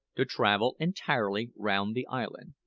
to travel entirely round the island,